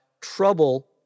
trouble